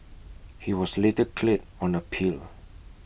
he was later cleared on appeal